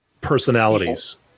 personalities